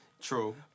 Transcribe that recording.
True